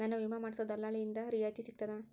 ನನ್ನ ವಿಮಾ ಮಾಡಿಸೊ ದಲ್ಲಾಳಿಂದ ರಿಯಾಯಿತಿ ಸಿಗ್ತದಾ?